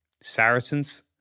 Saracens